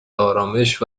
ارامش